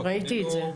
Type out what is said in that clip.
כן, ראיתי את זה.